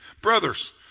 Brothers